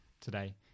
today